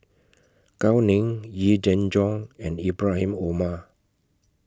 Gao Ning Yee Jenn Jong and Ibrahim Omar